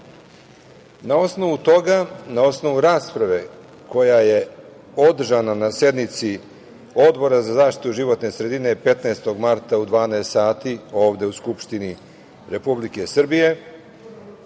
Na osnovu toga, na osnovu rasprave koja je održana na sednici Odbora za zaštitu životne sredine, 15. marta u 12,00 sati, ovde u Skupštini Republike Srbije,